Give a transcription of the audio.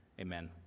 Amen